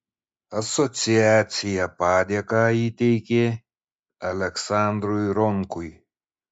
asociacija padėką įteikė aleksandrui ronkui